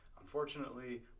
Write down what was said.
Unfortunately